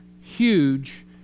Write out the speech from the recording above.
huge